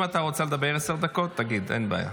אם אתה רוצה לדבר עשר דקות, תגיד, אין בעיה.